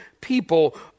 people